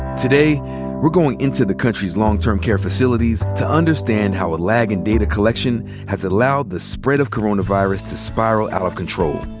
today we're going into the country's long term care facilities, to understand how a lag in data collection has allowed the spread of coronavirus to spiral out of control.